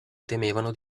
temevano